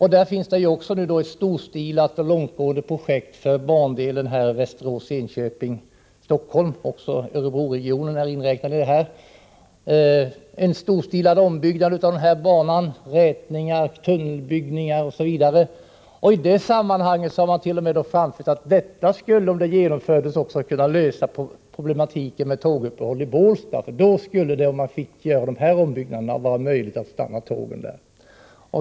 Här finns då ett storstilat och långtgående projekt för bandelen Västerås-Enköping-Stockholm. Även Örebroregionen är inbegripen. Det gäller uträtningar, tunnelbyggande m.m. I det sammanhanget har man framfört att detta, om det genomfördes, t.o.m. skulle kunna lösa problemen med tåguppehåll i Bålsta — om man fick göra de ombyggnaderna skulle det vara möjligt att stanna tågen där.